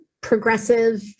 progressive